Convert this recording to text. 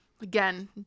Again